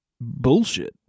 bullshit